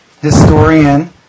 historian